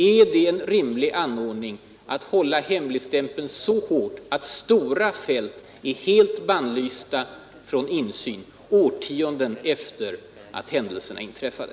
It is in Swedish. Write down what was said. Är det en rimlig anordning att hålla hemlighetsstämpeln så hårt att stora fält är helt skyddade från insyn årtionden efter det att händelserna inträffade?